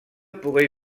pourrait